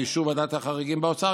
לאישור ועדת החריגים באוצר,